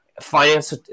Finance